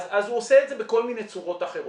אז הוא עושה את זה בכל מיני צורות אחרות.